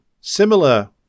Similar